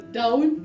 down